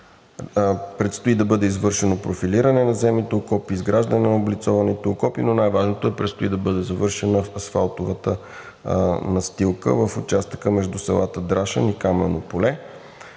Предстои да бъде извършено профилиране на земните окопи, изграждане на облицованите окопи, но най-важното е, че предстои да бъде завършена асфалтовата настилка в участъка между селата Драшан и Камено поле